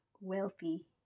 wealthy